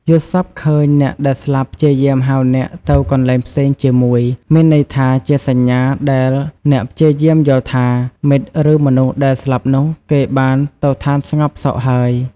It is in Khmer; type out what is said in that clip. យល់សប្តិឃើញ អ្នកដែលស្លាប់ព្យាយាមហៅអ្នកទៅកន្លែងផ្សេងជាមួយ មានន័យថា ជាសញ្ញាដែល អ្នកព្យាយាមយល់ថា មិត្តឬមនុស្សដែលស្លាប់នោះ គេបានទៅឋានស្ងប់សុខហើយ ។